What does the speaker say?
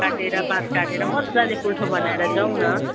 काटेर बाँस काटेर मज्जाले पुल्ठो बनाएर जाऊँ न